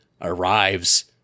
arrives